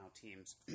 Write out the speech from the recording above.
teams